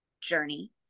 journey